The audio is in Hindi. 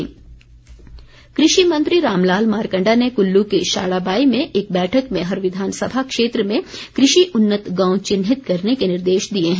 मारकण्डा कृषि मंत्री रामलाल मारकण्डा ने कुल्लू के शाड़ाबाई में एक बैठक में हर विधानसभा क्षेत्र में कृषि उन्नत गांव चिन्हित करने के निर्देश दिए हैं